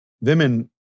Women